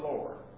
Lord